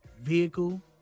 vehicle